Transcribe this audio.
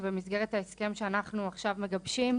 שבמסגרת ההסכם שאנחנו עכשיו מגבשים,